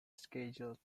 scheduled